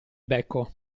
becco